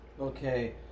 Okay